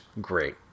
great